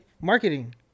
marketing